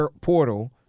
portal